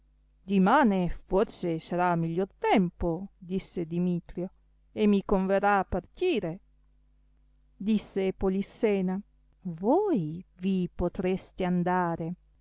dimane forse sarà miglior tempo disse dimitrio e mi converrà partire disse polissena voi vi potreste andare